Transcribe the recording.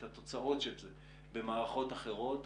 את התוצאות של זה במערכות אחרות,